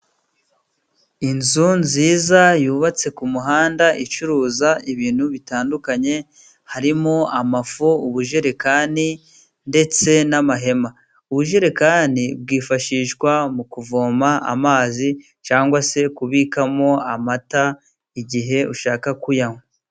Inzu nziza yubatse ku muhanda icuruza ibintu bitandukanye harimo amafu, ubujerekani, ndetse n'amahema. Ubujerekani bwifashishwa mu kuvoma amazi cyangwa se kubikamo amata igihe ushaka kuyanywa.